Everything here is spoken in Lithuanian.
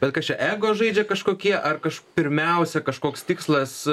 bet kas čia ego žaidžia kažkokie ar kaž pirmiausia kažkoks tikslas